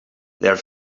their